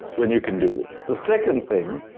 when you can do this. the second thing,